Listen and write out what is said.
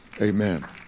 Amen